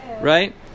right